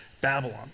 Babylon